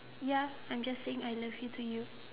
ya I'm just saying I love you to you